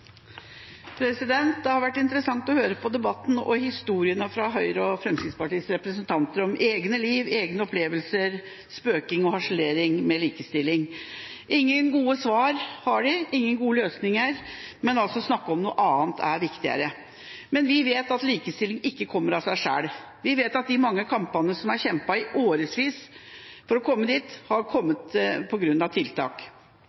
debatten og historiene fra Høyres og Fremskrittspartiets representanter om egne liv og egne opplevelser – spøking og harselering med likestilling. Ingen gode svar har de, ingen gode løsninger. Å snakke om noe annet er altså viktigere. Men vi vet at likestilling ikke kommer av seg selv. Vi vet at de mange kampene som er kjempet i årevis for å komme dit vi er, har